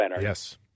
Yes